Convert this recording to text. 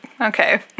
okay